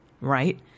right